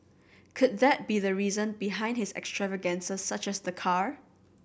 could that be the reason behind his extravagances such as the car